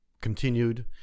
continued